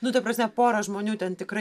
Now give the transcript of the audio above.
nu ta prasme pora žmonių ten tikrai